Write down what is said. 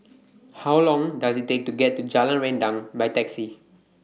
How Long Does IT Take to get to Jalan Rendang By Taxi